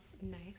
Nice